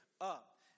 up